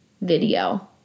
video